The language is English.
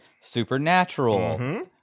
Supernatural